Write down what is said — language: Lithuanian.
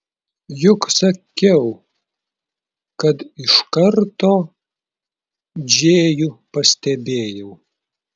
juk sakiau kad iš karto džėjų pastebėjau